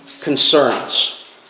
concerns